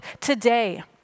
today